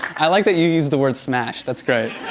i like that you used the word smash. that's great.